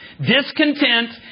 Discontent